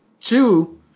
Two